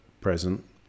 present